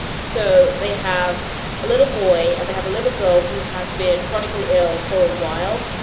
so they have a little boy of a have a little girl who has been chronically ill for a while.